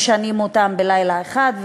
משנים אותם בלילה אחד,